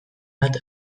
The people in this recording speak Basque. bat